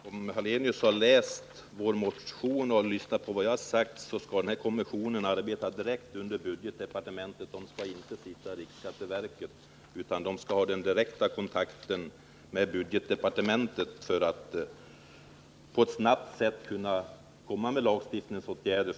Fru talman! Om Ingemar Hallenius hade läst vår motion och lyssnat på vad jag har sagt hade han vetat att kommissionen skall arbeta direkt under budgetdepartementet. Kommissionen skall inte sitta i riksskatteverkets lokaler, utan den skall ha direkt kontakt med budgetdepartementet för att snabbt kunna föreslå lagstiftningsåtgärder.